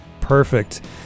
Perfect